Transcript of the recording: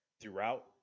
throughout